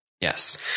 yes